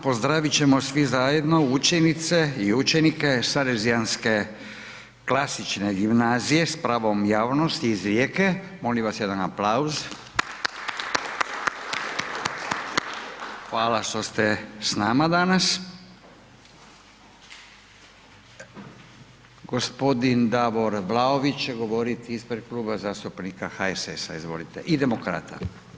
Pozdravit ćemo svi zajedno učenice i učenike Salezijanske klasične gimnazije s pravom javnosti iz Rijeke, molim vas jedan aplauz… hvala što ste s nama danas. g. Davor Vlaović će govoriti ispred Kluba zastupnika HSS-a izvolite i Demokrata.